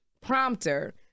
prompter